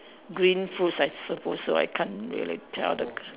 green foods I suppose so I can't really tell the